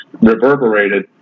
reverberated